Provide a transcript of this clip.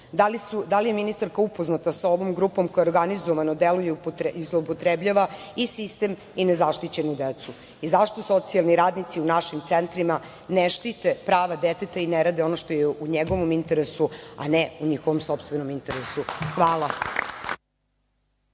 Da li je ministarka upoznata sa ovom grupom koja organizovano deluje i zloupotrebljava i sistem i nezaštićenu decu i zašto socijalni radnici u našim centrima ne štite prava deteta i ne rade ono što je u njegovom interesu, a ne u njihovom sopstvenom interesu? Hvala.